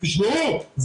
תשמעו,